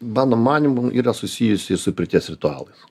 mano manymu yra susijusi su pirties ritualas